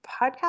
podcast